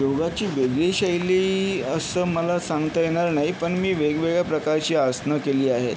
योगाची वेगळी शैली असं मला सांगता येणार नाही पण मी वेगवेगळ्या प्रकारची आसनं केली आहेत